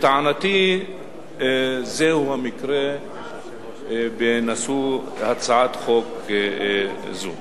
לטענתי, זהו המקרה מושא הצעת חוק זו.